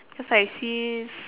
cause I sees